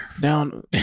Down